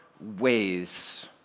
ways